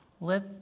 Let